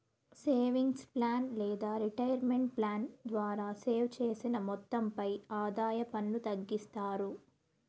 savings plan లేదా retirement plan ద్వారా save చేసిన మొత్తంపై ఆదాయ పన్ను తగ్గిస్తారు